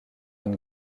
une